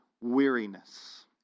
weariness